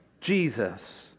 Jesus